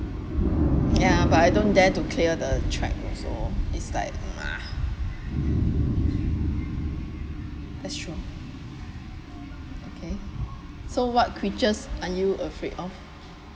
ya but I don't dare to clear the trap also it's like ah that's true okay so what creatures are you afraid of